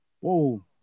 Whoa